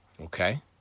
Okay